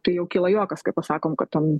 tai jau kyla juokas kai pasakom kad ten